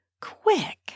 quick